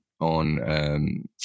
on